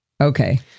Okay